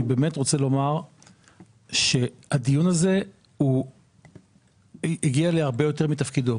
אני באמת רוצה לומר שהדיון הזה הגיע להרבה יותר מתפקידו.